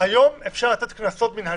היום אפשר לתת קנסות מנהליים.